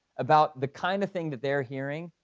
about the kind of thing that they're hearing.